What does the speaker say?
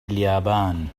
اليابان